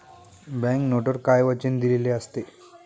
Bank नोटवर काय वचन दिलेले असते?